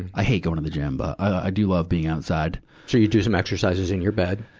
and i hate going to the gym, but i do love being outside. so you do some exercises in your bed.